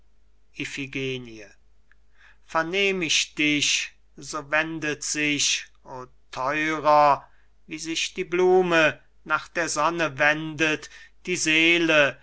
vernehm ich dich so wendet sich o theurer wie sich die blume nach der sonne wendet die seele